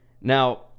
Now